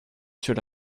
should